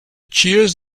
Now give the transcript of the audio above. cheers